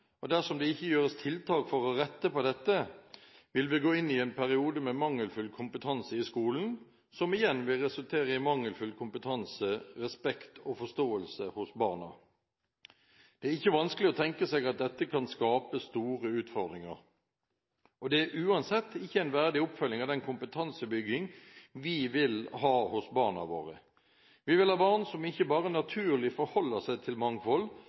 og dersom det ikke gjøres tiltak for å rette på dette, vil vi gå inn i en periode med mangelfull kompetanse i skolen, som igjen vil resultere i mangelfull kompetanse, respekt og forståelse hos barna. Det er ikke vanskelig å tenke seg at dette kan skape store utfordringer, og det er uansett ikke en verdig oppfølging av den kompetansebygging vi vil ha for barna våre. Vi vil ha barn som ikke bare naturlig forholder seg til mangfold,